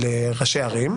לראשי ערים,